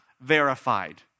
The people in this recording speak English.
verified